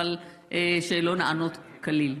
אבל שלא נענות כלל.